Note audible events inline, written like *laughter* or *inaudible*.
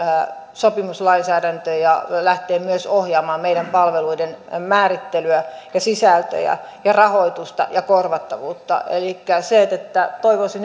sopimuslainsäädäntö lähtee myös ohjaamaan meidän palveluidemme määrittelyä sisältöjä rahoitusta ja korvattavuutta elikkä toivoisin *unintelligible*